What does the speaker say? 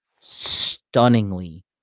stunningly